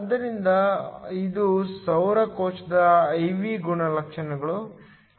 ಆದ್ದರಿಂದ ಇದು ಸೌರ ಕೋಶದ I V ಗುಣಲಕ್ಷಣಗಳು